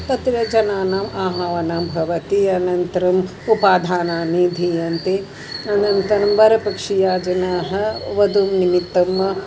तत्र जनानाम् आह्वानं भवति अनन्तरम् उपादानानि दीयन्ते अनन्तरं वरपक्षीयाः जनाः वधुनिमित्तम्